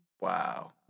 Wow